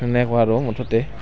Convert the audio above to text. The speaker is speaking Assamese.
আৰু মুঠতে